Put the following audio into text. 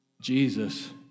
Jesus